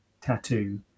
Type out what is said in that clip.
tattoo